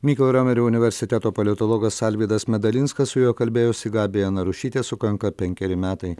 mykolo romerio universiteto politologas alvydas medalinskas su juo kalbėjosi gabija narušytė sukanka penkeri metai